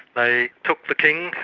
they took the king,